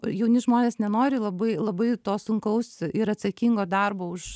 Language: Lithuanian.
jauni žmonės nenori labai labai to sunkaus ir atsakingo darbo už